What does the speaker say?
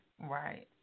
Right